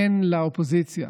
אין לאופוזיציה